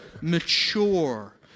mature